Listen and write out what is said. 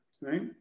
right